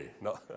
no